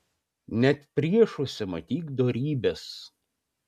net priešuose matyk dorybes